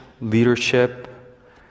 leadership